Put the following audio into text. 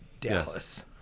Dallas